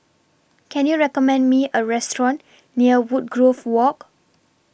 Can YOU recommend Me A Restaurant near Woodgrove Walk